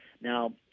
Now